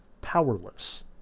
powerless